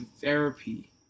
therapy